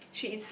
sorry